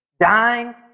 dying